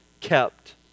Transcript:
Kept